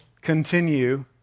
continue